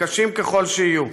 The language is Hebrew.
קשים ככל שיהיו.